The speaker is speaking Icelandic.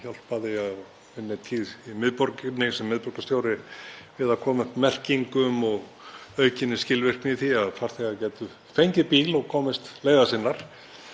til við það á sínum tíma í miðborginni, sem miðborgarstjóri, að koma upp merkingum og auka skilvirkni í því að farþegar gætu fengið bíl og komist leiðar sinnar.